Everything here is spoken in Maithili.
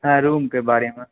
हॅं रूमके बारे मे